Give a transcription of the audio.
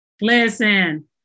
Listen